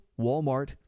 Walmart